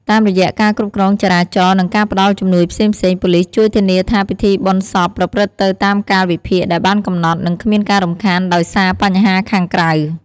តាមរយៈការគ្រប់គ្រងចរាចរណ៍ និងការផ្តល់ជំនួយផ្សេងៗ ប៉ូលីសជួយធានាថាពិធីបុណ្យសពប្រព្រឹត្តទៅតាមកាលវិភាគដែលបានកំណត់ និងគ្មានការរំខានដោយសារបញ្ហាខាងក្រៅ។